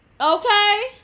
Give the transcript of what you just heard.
Okay